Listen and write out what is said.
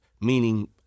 meaning